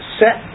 set